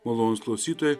malonūs klausytojai